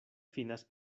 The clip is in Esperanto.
finas